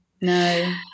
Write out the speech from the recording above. No